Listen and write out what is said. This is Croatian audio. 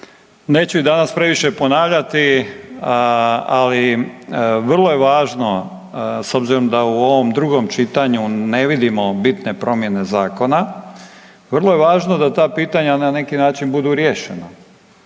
neću ih danas previše ponavljati, ali vrlo je važno s obzirom da u ovom drugom čitanju ne vidimo bitne promjene zakona vrlo je važno da ta pitanja na neki način budu riješena.